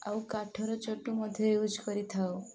ଆଉ କାଠର ଚଟୁ ମଧ୍ୟ ୟୁଜ୍ କରିଥାଉ